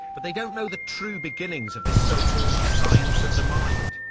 but they don't know the true beginnings of this so-called science of the mind.